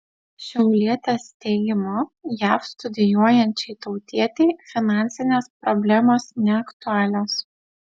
šiaulietės teigimu jav studijuojančiai tautietei finansinės problemos neaktualios